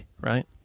right